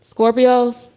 Scorpios